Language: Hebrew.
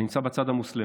הנמצא בצד המוסלמי,